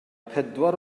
pedwar